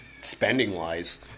spending-wise